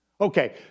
Okay